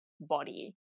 body